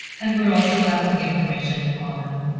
and we're also lacking information on